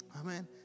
Amen